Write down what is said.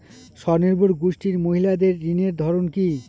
স্বনির্ভর গোষ্ঠীর মহিলাদের ঋণের ধরন কি?